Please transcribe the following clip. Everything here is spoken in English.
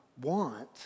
want